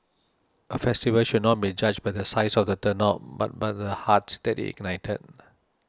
a festival should not be judged by the size of the turnout but by the hearts that it ignited